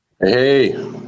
Hey